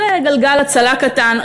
איזה גלגל הצלה קטן,